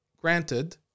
granted